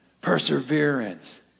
perseverance